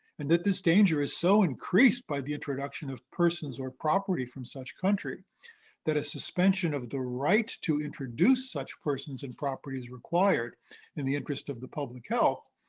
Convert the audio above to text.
and that this danger is so increased by the introduction of persons or property from such country that a suspension of the right to introduce such persons and property is required in the interest of the public health,